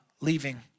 leaving